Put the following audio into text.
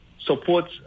supports